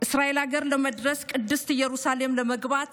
את זה אנחנו צריכים ללמד במערכת החינוך בבית הספר,